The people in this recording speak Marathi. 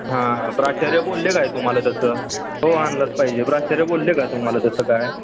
हां प्राचार्य बोलले काय तुम्हाला तसं हो आणलंच पाहिजे प्राचार्य बोलले काय तुम्हाला तसं काय